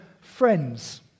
friends